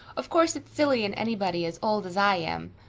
of course it's silly in anybody as old as i am.